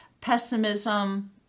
pessimism